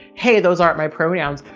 hey, those aren't my pronouns.